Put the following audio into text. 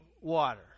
water